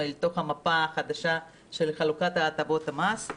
לתוך המפה החדשה של חלוקת הטבות המס.